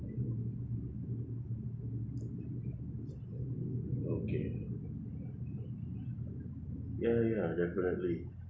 okay ya ya ya definitely